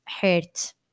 hurt